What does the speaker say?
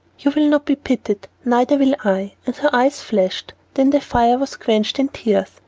you will not be pitied, neither will i, and her eyes flashed then the fire was quenched in tears,